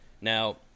Now